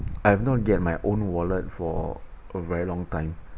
I have not get my own wallet for a very long time